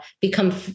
become